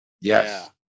Yes